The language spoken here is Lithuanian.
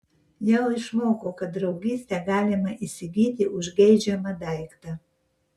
jau išmoko kad draugystę galima įsigyti už geidžiamą daiktą